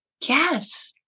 Yes